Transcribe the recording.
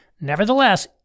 Nevertheless